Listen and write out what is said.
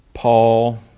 Paul